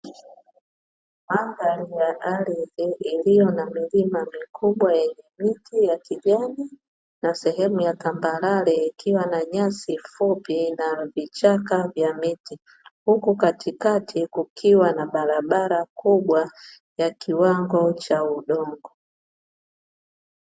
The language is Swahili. Mandhari ya ardhi iliyo na milima mikubwa yenye miti ya kijani na sehemu ya tambarare, ikiwa na nyasi fupi na vichaka vya miti, huku katikati kukiwa na barabara kubwa ya kiwango cha udongo.